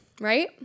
right